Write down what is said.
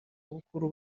bukuru